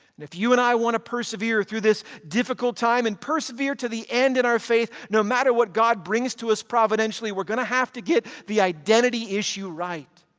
and if you and i want to persevere through this difficult time and persevere to the end in our faith no matter what god brings to us providentially, we're going to have to get the identity issue right.